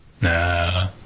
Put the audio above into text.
Nah